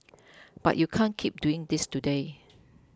but you can't keep doing this today